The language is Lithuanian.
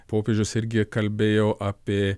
popiežius irgi kalbėjo apie